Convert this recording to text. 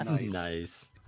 Nice